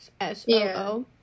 S-O-O